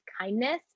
kindness